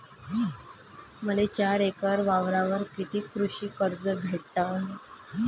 मले चार एकर वावरावर कितीक कृषी कर्ज भेटन?